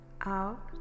out